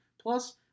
Plus